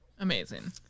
amazing